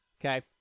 Okay